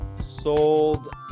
sold